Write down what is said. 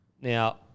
Now